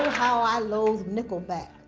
how i loathe nickelback.